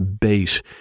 base